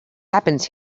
happens